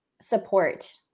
support